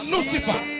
Lucifer